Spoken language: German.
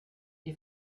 ihr